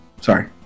Sorry